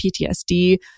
PTSD